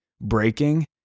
breaking